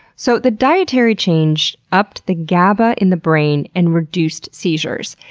so the dietary change upped the gaba in the brain and reduced seizures.